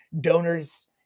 donors